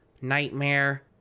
Nightmare